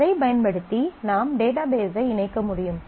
அதைப் பயன்படுத்தி நாம் டேட்டாபேஸ் ஐ இணைக்க முடியும்